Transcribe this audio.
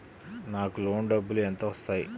నాకు లోన్ డబ్బులు ఎంత వస్తాయి?